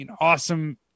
awesome